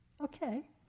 Okay